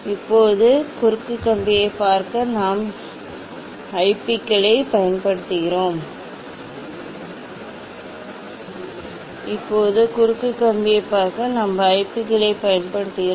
இப்போது குறுக்கு கம்பியைப் பார்க்க நாம் ஐபிக்களைப் பயன்படுத்துகிறோம்